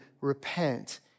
repent